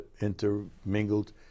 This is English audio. intermingled